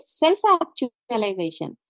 self-actualization